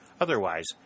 otherwise